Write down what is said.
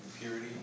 purity